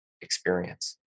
experience